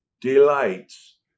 delights